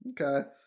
Okay